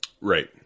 Right